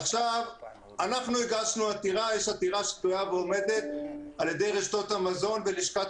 אנחנו הגשנו עתירה של רשתות המזון ולשכת